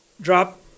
drop